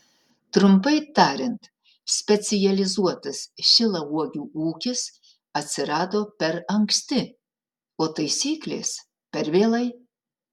trumpai tariant specializuotas šilauogių ūkis atsirado per anksti o taisyklės per vėlai